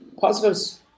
positives